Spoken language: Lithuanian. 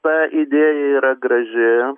ta idėja yra graži